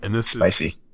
Spicy